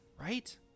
right